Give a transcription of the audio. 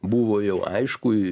buvo jau aišku